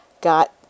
got